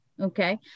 okay